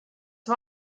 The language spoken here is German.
war